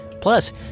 Plus